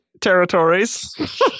territories